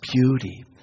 beauty